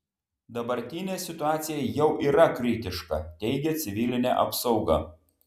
dabartinė situacija jau yra kritiška teigia civilinė apsauga